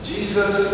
Jesus